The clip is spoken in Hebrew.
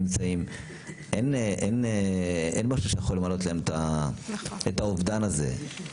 ואין משהו שיכול למלא להם את האובדן הזה.